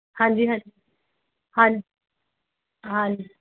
ਹਾਂਜੀ ਹਾਂਜੀ ਹਾਂ ਹਾਂ